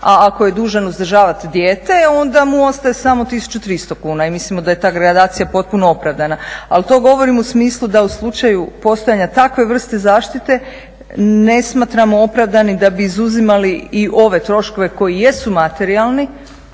A ako je dužan uzdržavati dijete onda mu ostaje samo 1300 kuna. I mislimo da je ta gradacija potpuno opravdana. Ali to govorim u smislu da u slučaju postojanja takve vrste zaštite ne smatramo opravdanim da bi izuzimali i ove troškove koji jesu materijalni,